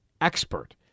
expert